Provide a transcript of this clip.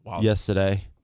yesterday